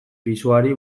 pisuari